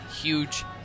huge